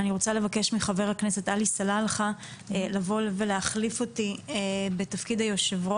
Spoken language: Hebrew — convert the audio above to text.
אני רוצה לבקש מח"כ עלי סלאלחה להחליף אותי בתפקיד היו"ר